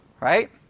Right